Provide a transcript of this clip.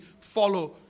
follow